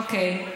אוקיי.